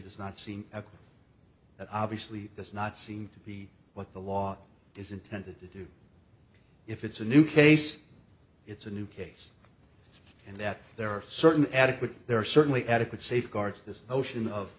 adequate that obviously does not seem to be what the law is intended to do if it's a new case it's a new case and that there are certain adequate there are certainly adequate safeguards this notion of